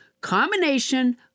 combination